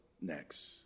next